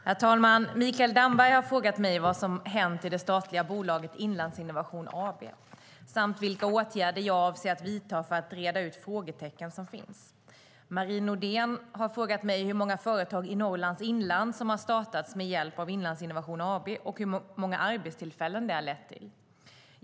Herr talman! Mikael Damberg har frågat mig vad som har hänt i det statliga bolaget Inlandsinnovation AB samt vilka åtgärder jag avser att vidta för att reda ut frågetecken som finns. Marie Nordén har frågat mig hur många företag i Norrlands inland som har startats med hjälp av Inlandsinnovation AB och hur många arbetstillfällen det har lett till.